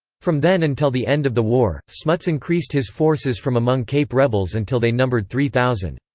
from then until the end of the war, smuts increased his forces from among cape rebels until they numbered three thousand.